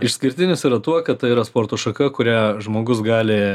išskirtinis yra tuo kad tai yra sporto šaka kurią žmogus gali